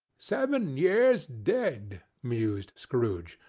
seven years dead, mused scrooge.